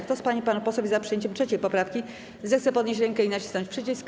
Kto z pań i panów posłów jest za przyjęciem 3. poprawki, zechce podnieść rękę i nacisnąć przycisk.